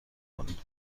کنید